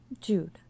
Jude